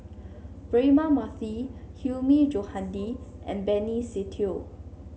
Braema Mathi Hilmi Johandi and Benny Se Teo